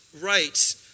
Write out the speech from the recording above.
rights